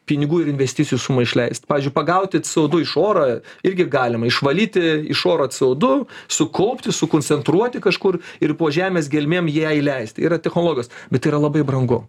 pinigų ir investicijų sumą išleist pavyzdžiui pagauti co du iš oro irgi galima išvalyti iš oro co du sukaupti sukoncentruoti kažkur ir po žemės gelmėm ją įleisti yra technologijos bet tai yra labai brangu